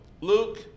Luke